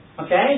okay